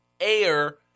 air